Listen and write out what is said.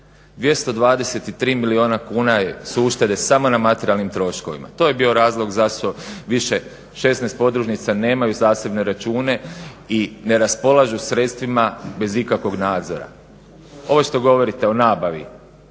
223 milijuna kuna su uštede samo na materijalnim troškovima. To je bio razlog zašto više 16 podružnica nemaju zasebne račune i ne raspolažu sredstvima bez ikakvog nadzora. Ovo što govorite o nabavi